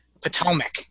potomac